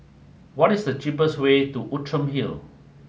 what is the cheapest way to Outram Hill